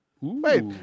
Wait